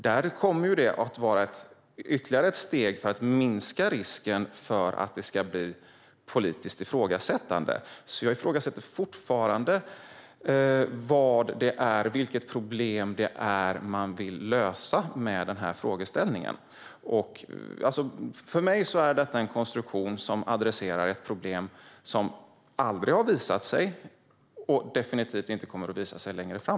Där kommer det att vara ytterligare ett steg för att minska risken för att det ska bli ett politiskt ifrågasättande. Jag undrar fortfarande vilket problem det är man vill lösa med denna frågeställning. För mig är detta en konstruktion som adresserar ett problem som aldrig har visat sig och som definitivt inte kommer att visa sig längre fram.